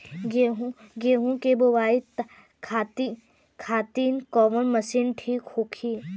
गेहूँ के बुआई खातिन कवन मशीन ठीक होखि?